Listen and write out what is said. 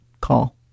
call